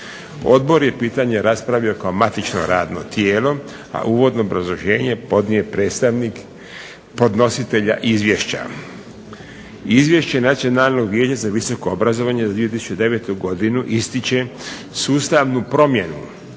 Odbor je pitanje raspravio kao matično radno tijelo, a uvodno obrazloženje podnio je predstavnik podnositelja izvješća. Izvješća Nacionalnog vijeća za visoko obrazovanje za 2009. godinu ističe sustavnu promjenu